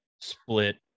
split